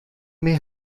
may